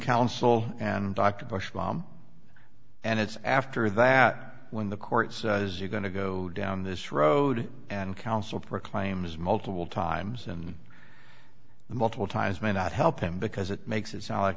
mom and it's after that when the court says you're going to go down this road and counsel proclaims multiple times and the multiple times may not help him because it makes it sound like